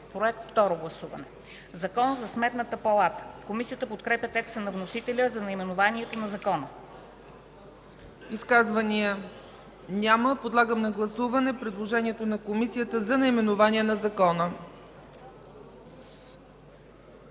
Проект – второ гласуване. Закон за Сметната палата”. Комисията подкрепя текста на вносителя за наименованието на закона. ПРЕДСЕДАТЕЛ ЦЕЦКА ЦАЧЕВА: Изказвания? Няма. Подлагам на гласуване предложението на Комисията за наименование на закона.